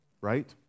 right